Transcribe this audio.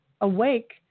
awake